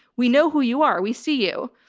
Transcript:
we know who you are. we see you.